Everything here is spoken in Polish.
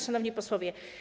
Szanowni Posłowie!